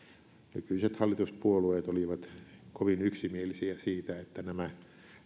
nykyiset hallituspuolueet olivat kovin yksimielisiä siitä että nämä